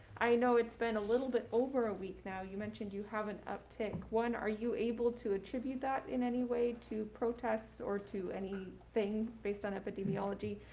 i know it's been a little bit over a week now, you mentioned you have an uptick. when are you able to attribute that in any way to protests or to any thing based on epidemiology,